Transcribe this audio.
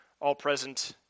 all-present